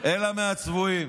אלא מהצבועים.